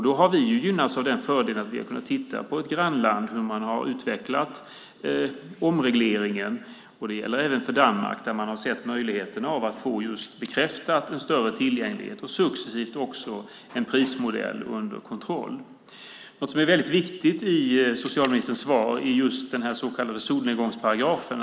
Då har vi gynnats av fördelen att kunna titta på hur ett grannland har utvecklat omregleringen. Det gäller även för Danmark, där man har sett möjligheten att få en större tillgänglighet bekräftad och successivt också en prismodell under kontroll. Något som är väldigt viktigt i socialministerns svar är den så kallade solnedgångsparagrafen.